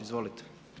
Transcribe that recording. Izvolite.